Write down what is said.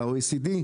ל-OCED,